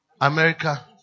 America